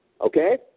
Okay